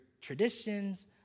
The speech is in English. traditions